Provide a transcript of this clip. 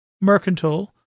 mercantile